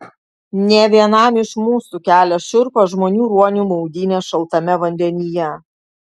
ne vienam iš mūsų kelia šiurpą žmonių ruonių maudynės šaltame vandenyje